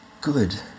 good